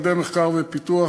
על-ידי מחקר ופיתוח,